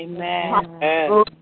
Amen